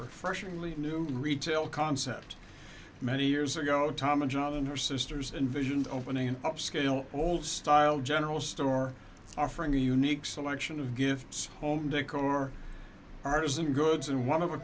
are fresh and leave new retail concept many years ago tom and john and her sisters and visioned opening an upscale old style general store offering a unique selection of gifts home decor artisan goods and one of a